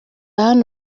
hano